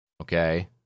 Okay